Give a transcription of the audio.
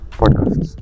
podcast